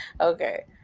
okay